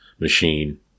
machine